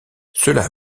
cela